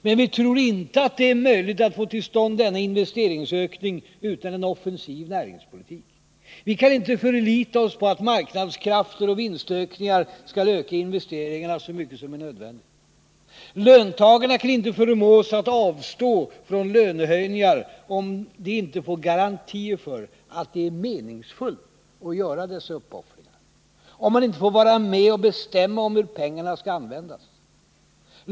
Men vi tror inte att det är möjligt att få till stånd denna investeringsökning utan en offensiv näringspolitik. Vi kan inte förlita oss på att marknadskrafter och vinstökningar skall öka investeringarna så mycket som är nödvändigt. Löntagarna kan inte förmås att avstå från lönehöjningar om man inte får garantier för att det är meningsfullt att göra dessa uppoffringar, om man inte får vara med och bestämma hur pengarna används.